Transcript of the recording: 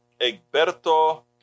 Egberto